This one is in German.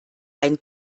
einen